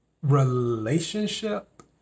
relationship